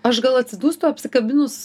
aš gal atsidūstu apsikabinus